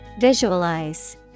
visualize